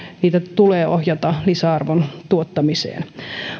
niitä tulee ohjata lisäarvon tuottamiseen